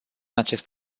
acest